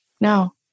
No